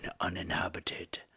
uninhabited